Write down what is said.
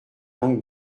langue